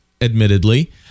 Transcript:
admittedly